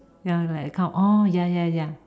ya like a cow oh ya ya ya